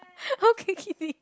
okay